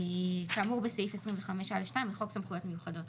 כאמור בסעיף 25(א)(2) לחוק סמכויות מיוחדות.